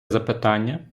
запитання